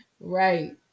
Right